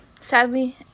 Sadly